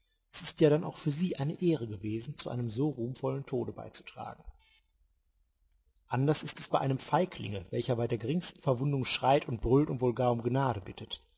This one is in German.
es ist ja dann auch für sie eine ehre gewesen zu einem so ruhmvollen tode beizutragen anders ist es bei einem feiglinge welcher bei der geringsten verwundung schreit und brüllt und wohl gar um gnade bittet